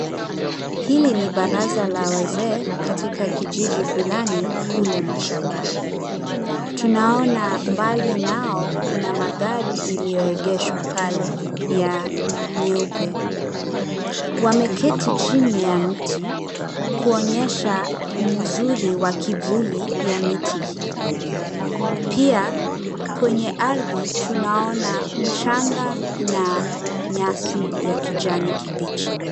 Hili ni baraza la wazee katika kijiji fulani kule mashambani. Tunaona mbali nao kuna magari iliyoegeshwa pale ya nyeupe. Wameketi chini ya mti kuonyesha mzuri wa kivuli ya miti hii. Pia kwenye ardhi tunaona mchanga na nyasi ya kijani kibichi.